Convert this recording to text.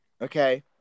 Okay